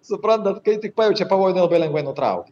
suprantat kai tik pajaučia pavojų jinai labai lengvai nutraukia